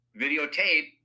videotape